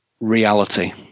reality